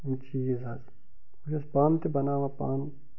یِم چیٖز حظ بہٕ چھُس پانہٕ تہِ بناوان پانہٕ